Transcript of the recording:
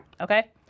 Okay